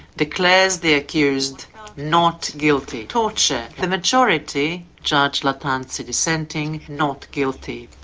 declares the accused not guilty. torture, the majority, judge lattanzi dissenting, not guilty.